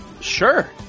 Sure